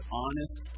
honest